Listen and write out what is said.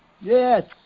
Yes